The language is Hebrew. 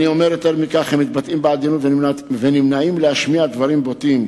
הם מתבטאים בעדינות ונמנעים מלהשמיע דברים בוטים.